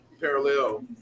parallel